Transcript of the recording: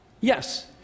Yes